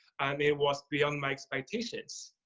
i mean it was beyond my expectations.